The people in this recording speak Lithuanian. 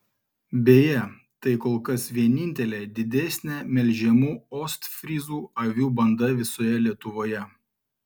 beje tai kol kas vienintelė didesnė melžiamų ostfryzų avių banda visoje lietuvoje